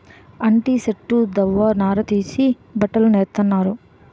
అంటి సెట్టు దవ్వ నార తీసి బట్టలు నేత్తన్నారు